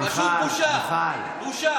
פשוט בושה, בושה.